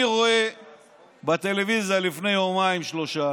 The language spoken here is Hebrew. אני רואה בטלוויזיה לפני יומיים-שלושה,